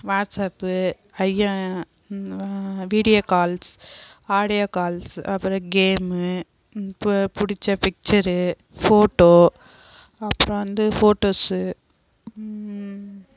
WhatsApp ஐய video calls audio calls அப்பறம் game இப்போ புடிச்ச பிக்ச்சரு ஃபோட்டோ அப்பறம் வந்து ஃபோட்டோஸு